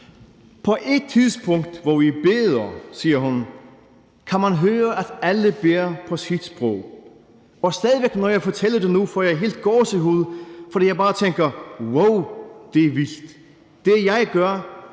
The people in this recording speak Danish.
På et tidspunkt, hvor vi beder, siger hun, kan man høre, at alle beder på hvert deres sprog. Og stadig væk, når jeg fortæller det nu, får jeg helt gåsehud, fordi jeg bare tænker: Wow, det er vildt. Det, jeg gør,